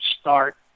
start